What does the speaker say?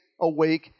awake